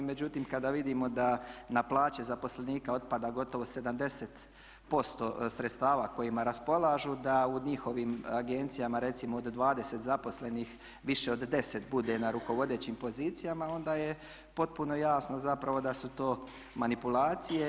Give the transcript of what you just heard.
Međutim, kada vidimo da na plaće zaposlenika otpada gotovo 70% sredstava kojima raspolažu da u njihovim agencijama recimo od 20 zaposlenih više od 10 bude na rukovodećim pozicijama onda je potpuno jasno zapravo da su to manipulacije.